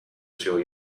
sur